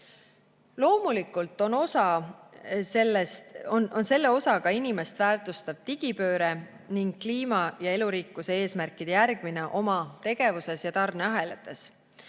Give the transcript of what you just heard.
tulevikku. Loomulikult on selle osa ka inimest väärtustav digipööre ning kliima- ja elurikkuse eesmärkide järgimine oma tegevuses ja tarneahelates.